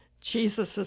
Jesus